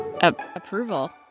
approval